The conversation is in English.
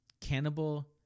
Cannibal